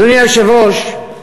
אדוני היושב-ראש,